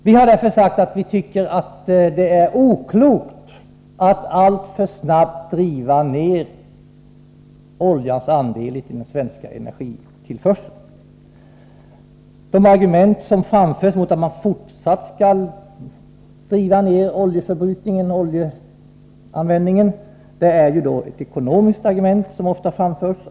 Vi har därför sagt att vi tycker att det är oklokt att alltför snabbt driva ned oljans andel i den svenska energitillförseln. När det gäller att fortsätta att minska oljeanvändningen har det ofta framförts ett ekonomiskt argument.